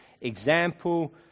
example